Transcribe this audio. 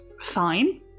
fine